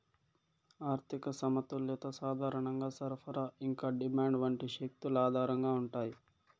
ఆర్థిక సమతుల్యత సాధారణంగా సరఫరా ఇంకా డిమాండ్ వంటి శక్తుల ఆధారంగా ఉంటాయి